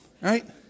right